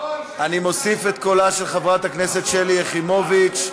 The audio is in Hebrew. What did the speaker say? אני מוסיף את קולה של חברת הכנסת שלי יחימוביץ,